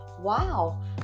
wow